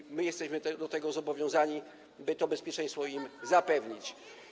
I my jesteśmy do tego zobowiązani, by to bezpieczeństwo im zapewnić.